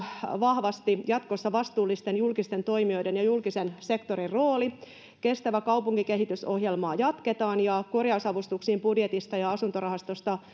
vahvasti vastuullisten julkisten toimijoiden ja julkisen sektorin rooli kestävä kaupunkikehitys ohjelmaa jatketaan ja korjausavustuksiin budjetista ja asuntorahastosta